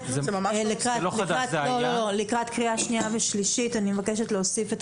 לקראת קריאה שנייה ושלישית אני מבקשת להוסיף את